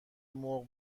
مرغ